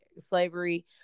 slavery